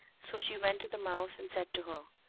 so she went to the mouse and said to her,